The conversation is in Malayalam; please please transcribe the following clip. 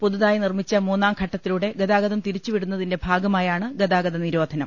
പുതുതായി നിർമ്മിച്ച മൂന്നാം ഘട്ടത്തിലൂടെ ഗതാഗതം തിരിച്ചുവിടുന്നതിന്റെ ഭാഗമായാണ് ഗതാഗത നിരോധനം